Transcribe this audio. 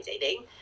dating